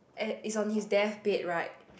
at is on his deathbed right